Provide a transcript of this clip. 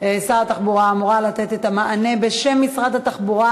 שר התחבורה אמורה לתת את המענה בשם משרד התחבורה,